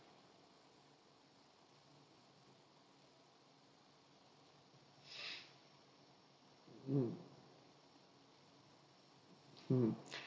mm mm